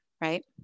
right